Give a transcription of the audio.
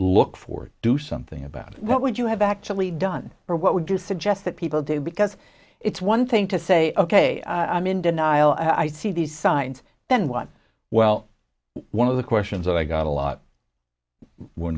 look forward do something about what would you have actually done or what would you suggest that people do because it's one thing to say ok i'm in denial i see these signs then what well one of the questions i got a lot when